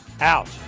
out